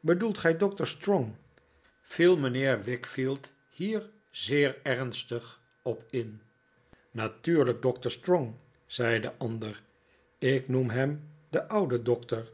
bedoelt gij doctor strong viel mijnheer wickfield hier zeer ernstig op in natuurlijk doctor strong zei de ander ik noem hem den ouden doctor